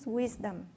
wisdom